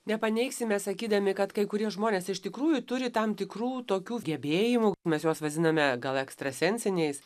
nepaneigsime sakydami kad kai kurie žmonės iš tikrųjų turi tam tikrų tokių gebėjimų mes juos vaziname gal ekstrasensiniais